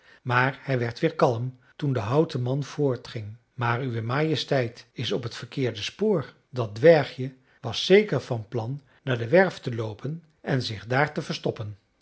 maar hij werd weer kalm toen de houten man voortging maar uwe majesteit is op t verkeerde spoor dat dwergje was zeker van plan naar de werf te loopen en zich daar te verstoppen